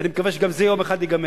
ואני מקווה שגם זה יום אחד ייגמר.